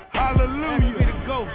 hallelujah